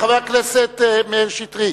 חבר הכנסת מאיר שטרית,